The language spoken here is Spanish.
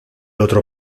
otro